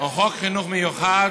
או חוק חינוך מיוחד,